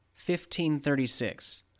1536